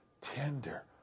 tender